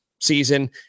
season